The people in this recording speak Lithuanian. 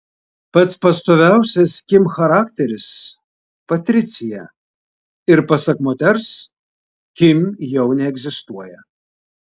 pats pastoviausias kim charakteris patricija ir pasak moters kim jau neegzistuoja